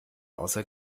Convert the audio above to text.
außer